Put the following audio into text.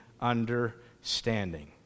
understanding